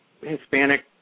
Hispanic